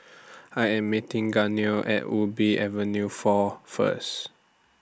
I Am meeting Gaynell At Ubi Avenue four First